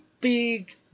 big